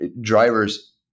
drivers